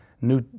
new